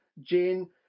Jane